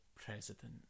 president